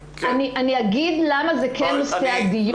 אני אגיד למה זה כן נושא הדיון.